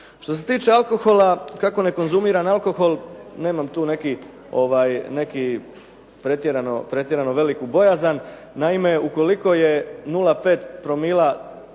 Što se tiče alkohola kako ne konzumiran alkohol nemam tu neku pretjerano veliku bojazan. Naime, ukoliko se sa 0,5 promila